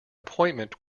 appointment